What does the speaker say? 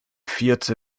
vierte